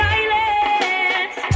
Silence